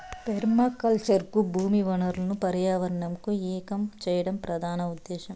permaculture కు భూమి వనరులను పర్యావరణంను ఏకం చేయడం ప్రధాన ఉదేశ్యం